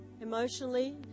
emotionally